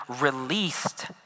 released